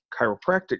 chiropractic